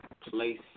place